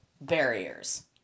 barriers